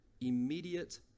immediate